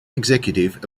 executive